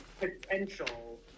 potential